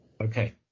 Okay